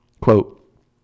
Quote